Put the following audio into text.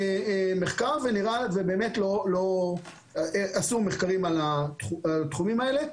עשו מחקרים בתחומים האלה.